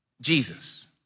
jesus